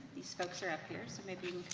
these folks are up here, so maybe